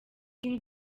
king